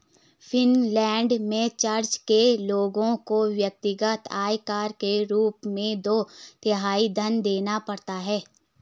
Finland में church के लोगों को व्यक्तिगत आयकर के रूप में दो तिहाई धन देना पड़ता है